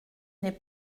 n’est